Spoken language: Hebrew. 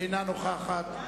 אינה נוכחת.